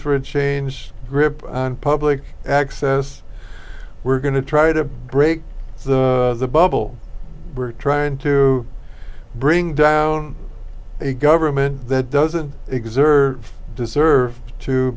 for a change grip on public access we're going to try to break the bubble we're trying to bring down a government that doesn't exert deserve to